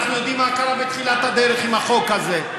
אנחנו יודעים מה קרה בתחילת הדרך עם החוק הזה.